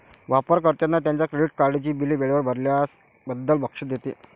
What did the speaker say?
वापर कर्त्यांना त्यांच्या क्रेडिट कार्डची बिले वेळेवर भरल्याबद्दल बक्षीस देते